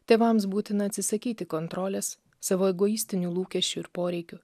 tėvams būtina atsisakyti kontrolės savo egoistinių lūkesčių ir poreikių